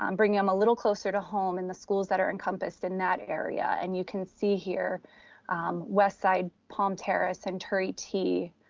um bringing them a little closer to home in the schools that are encompassed in that area. and you can see here west side, palm terrace and turie t.